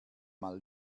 mal